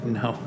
no